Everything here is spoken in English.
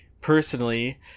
personally